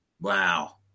Wow